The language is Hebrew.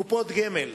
גמלאות,